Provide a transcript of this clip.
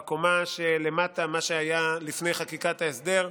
בקומה שלמטה, מה שהיה לפני חקיקת ההסדר,